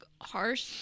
harsh